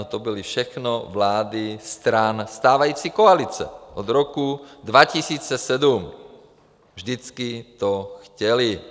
No to byly všechno vlády stran stávající koalice od roku 2007, vždycky to chtěly.